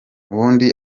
ubundi